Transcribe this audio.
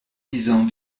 disant